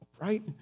right